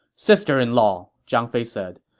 sister-in-law, zhang fei said,